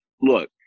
look